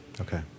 Okay